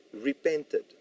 repented